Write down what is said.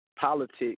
politics